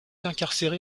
incarcéré